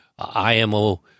IMO